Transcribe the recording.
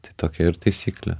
tai tokia ir taisyklė